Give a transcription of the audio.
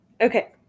Okay